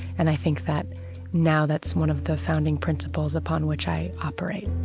and i think that now that's one of the founding principles upon which i operate